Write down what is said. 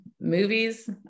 movies